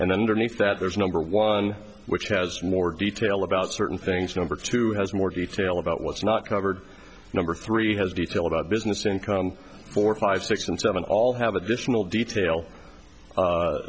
and underneath that there's a number one which has more detail about certain things number two has more detail about what's not covered number three has detail about business income four five six and seven all have additional detail